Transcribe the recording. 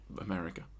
America